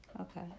Okay